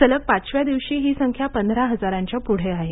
सलग पाचव्या दिवशी ही संख्या पंधरा हजारांच्या प्ढे आहे